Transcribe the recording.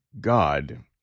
God